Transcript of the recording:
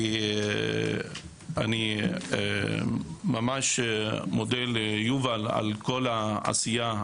ואני ממש מודה ליובל על כל העשייה,